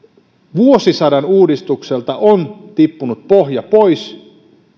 vuosisadan uudistukselta on tippunut pohja pois